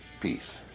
Peace